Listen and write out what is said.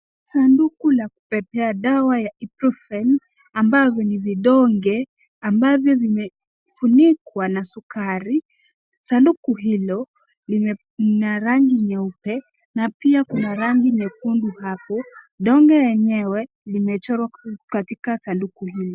Sanduku la kubebea dawa ya IBUPROFEN ambayo enye vidonge ambavyo vimefunikwa na sukari. Sanduku hilo lina rangi nyeupe na pia kuna rangi nyekundu kando, donge yenyewe limechorwa katika sanduku hilo.